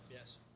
yes